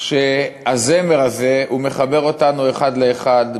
שהזמר הזה מחבר אותנו אחד לאחד,